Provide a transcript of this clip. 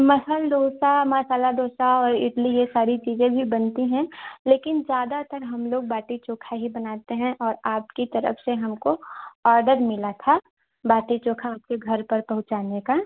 muscle dosa masala dosa और इडली यह सारी चीज़ें भी बनती हैं लेकिन ज़्यादातर हमलोग बाटी चोख़ा ही बनाते हैं और आपकी तरफ़ से हमको ऑर्डर मिला था बाटी चोख़ा आपके घर पर पहुँचाने का